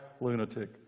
lunatic